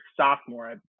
sophomore